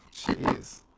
jeez